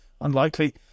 unlikely